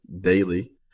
daily